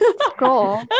scroll